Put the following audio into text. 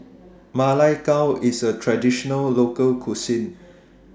Ma Lai Gao IS A Traditional Local Cuisine